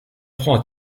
prends